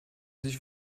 sich